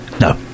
No